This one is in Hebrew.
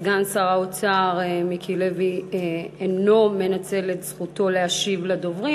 סגן שר האוצר מיקי לוי אינו מנצל את זכותו להשיב לדוברים.